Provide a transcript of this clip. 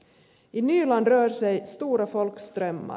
i nyland rör sig stora folkströmmar